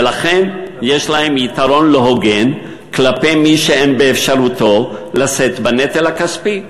ולכן יש להם יתרון לא הוגן כלפי מי שאין באפשרותו לשאת בנטל הכספי.